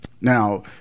Now